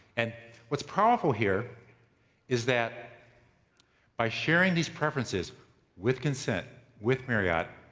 and what's powerful here is that by sharing these preferences with consent with marriott,